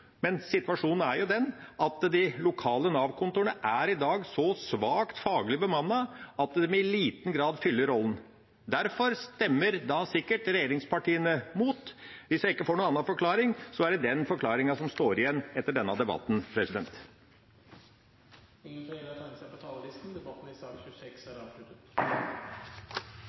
Men situasjonen er jo den at de lokale Nav-kontorene i dag er så faglig svakt bemannet at de i liten grad fyller rollen. Derfor stemmer sikkert regjeringspartiene imot – hvis jeg ikke får noen annen forklaring, er det den forklaringen som står igjen etter denne debatten. Flere har ikke bedt om ordet til sak nr. 26.